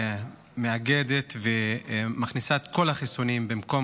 שמאגדת ומכניסה את כל החיסונים תחת